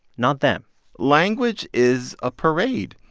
not them language is a parade,